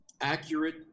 accurate